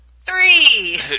three